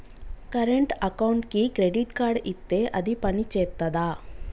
Current అకౌంట్కి credit card ఇత్తే అది పని చేత్తదా?